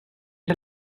est